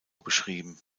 beschrieben